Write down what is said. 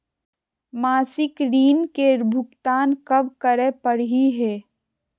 मासिक ऋण के भुगतान कब करै परही हे?